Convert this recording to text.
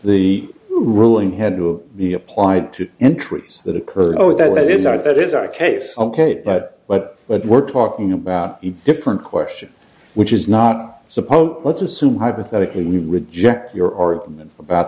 the ruling had to be applied to introduce that occurred oh that is our that is our case ok but but what we're talking about a different question which is not supposed let's assume hypothetically reject your argument about